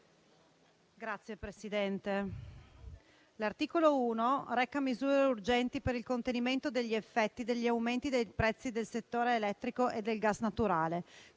provvedimento in discussione reca misure urgenti per il contenimento degli effetti degli aumenti dei prezzi del settore elettrico e del gas naturale,